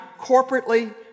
corporately